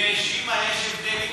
היא האשימה, יש הבדל.